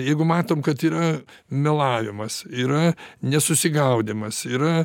jeigu matom kad yra melavimas yra nesusigaudymas yra